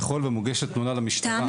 ככל ומוגשת תלונה למשטרה,